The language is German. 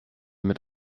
mit